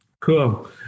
Cool